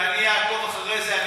ואני אעקוב אחרי זה,